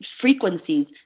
frequencies